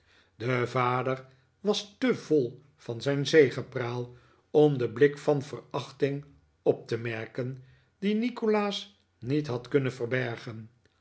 de vader was te vol van zijn zegepraal om den blik van verachting op te merken dien nikolaas niet had kunnen verbergen